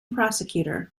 prosecutor